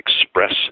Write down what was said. Express